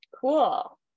Cool